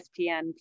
ESPN